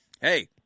hey